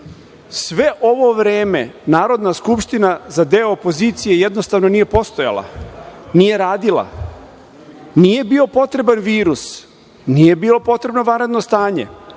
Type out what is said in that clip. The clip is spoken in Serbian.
ovo vreme Narodna skupština za deo opozicije jednostavno nije postojala, nije radila. Nije bio potreban virus, nije bilo potrebno vanredno stanje,